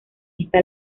esta